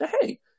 hey